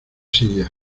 sillas